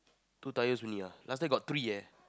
two tires only ah last time got three